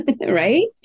right